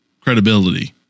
credibility